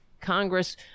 Congress